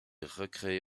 recréé